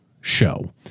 show